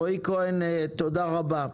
רועי כהן, תודה רבה.